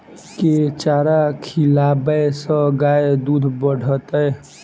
केँ चारा खिलाबै सँ गाय दुध बढ़तै?